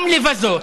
גם לבזות,